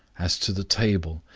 as to the table,